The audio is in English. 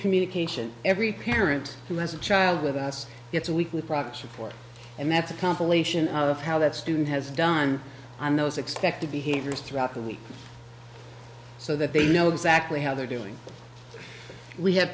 communication every parent who has a child with us it's a weekly proxy for and that's a compilation of how that student has done m those expected behaviors throughout the week so that they know exactly how they're doing we ha